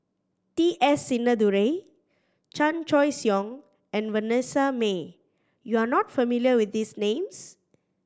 T S Sinnathuray Chan Choy Siong and Vanessa Mae you are not familiar with these names